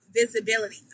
visibility